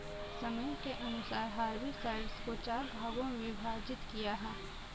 समय के अनुसार हर्बिसाइड्स को चार भागों मे विभाजित किया है